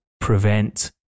prevent